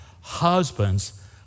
Husbands